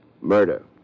Murder